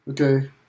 Okay